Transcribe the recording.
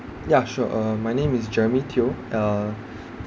ya sure uh my name is jeremy teo uh